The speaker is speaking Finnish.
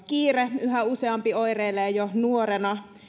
kiire yhä useampi oireilee jo nuorena